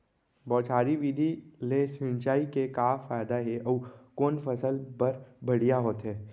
बौछारी विधि ले सिंचाई के का फायदा हे अऊ कोन फसल बर बढ़िया होथे?